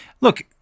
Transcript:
Look